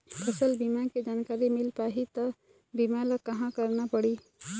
फसल बीमा के जानकारी मिल पाही ता बीमा ला कहां करना पढ़ी?